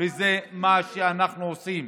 וזה מה שאנחנו עושים.